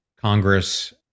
Congress